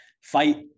Fight